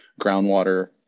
groundwater